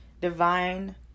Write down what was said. divine